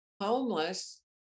homeless